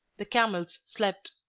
the camels slept.